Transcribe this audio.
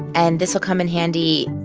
and this will come in handy,